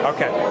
Okay